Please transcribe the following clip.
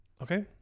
Okay